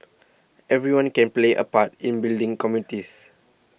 everyone can play a part in building communities